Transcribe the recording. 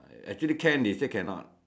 actually can they say cannot